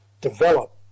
develop